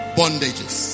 bondages